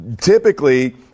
typically